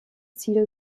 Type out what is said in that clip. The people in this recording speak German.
ziel